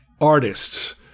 artists